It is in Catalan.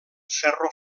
ferro